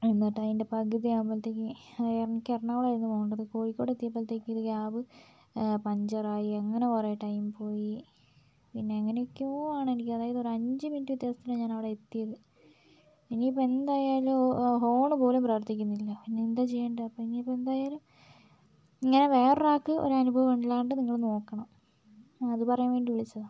എന്നിട്ടതിൻ്റെ പകുതി ആകുമ്പോഴത്തേക്ക് എനിക്ക് എറണാകുളം ആയിരുന്നു പോകേണ്ടത് കോഴിക്കോട് എത്തിയപ്പോഴത്തേക്ക് ക്യാബ് പഞ്ചർ ആയി അങ്ങനെ കുറെ ടൈം പോയി പിന്നെ എങ്ങനെയൊക്കെയോ ആണ് എനിക്ക് അതായത് ഒരഞ്ച് മിനിറ്റിൻ്റെ വ്യത്യാസത്തിലാണ് ഞാനവിടെ എത്തിയത് ഇനിയിപ്പോൾ എന്തായാലും ഹോർൺ പോലും പ്രവർത്തിക്കുന്നില്ല ഇനിയിപ്പോൾ എന്താ ചെയ്യണ്ടേ ഇനിയിപ്പോൾ എന്തായാലും ഇങ്ങനെ വേറെ ഒരാൾക്ക് ഒരനുഭവം ഇല്ലാണ്ട് നിങ്ങൾ നോക്കണം ഞാൻ അതുപറയാൻ വേണ്ടി വിളിച്ചതാണ്